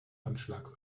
anschlags